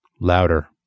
Louder